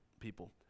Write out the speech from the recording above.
people